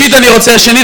שנית,